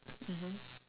mmhmm